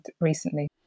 recently